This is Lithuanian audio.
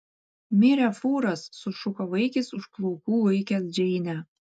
mirė fūras sušuko vaikis už plaukų laikęs džeinę